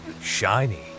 Shiny